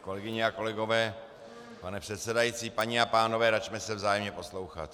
Kolegyně a kolegové, pane předsedající, paní a pánové, račme se vzájemně poslouchat.